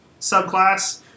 subclass